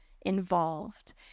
involved